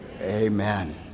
Amen